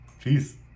Peace